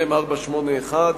מ/481,